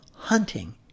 hunting